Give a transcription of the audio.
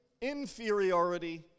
inferiority